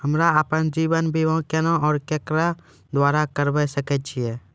हमरा आपन जीवन बीमा केना और केकरो द्वारा करबै सकै छिये?